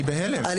יו"ר הוועדה.